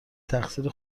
تقصیر